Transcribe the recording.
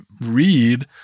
read